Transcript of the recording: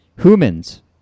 humans